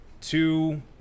two